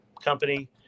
company